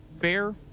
fair